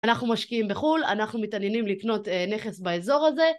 אנחנו משקיעים בחו"ל, אנחנו מתעניינים לקנות נכס באזור הזה.